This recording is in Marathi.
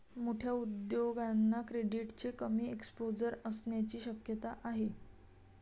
मोठ्या उद्योगांना क्रेडिटचे कमी एक्सपोजर असण्याची शक्यता आहे